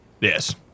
Yes